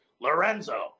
Lorenzo